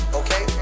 okay